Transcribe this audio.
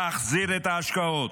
להחזיר את ההשקעות,